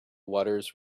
waters